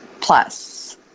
plus